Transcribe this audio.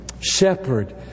shepherd